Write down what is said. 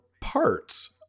parts